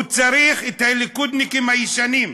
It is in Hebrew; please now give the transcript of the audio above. הוא צריך את הליכודניקים הישנים,